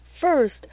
First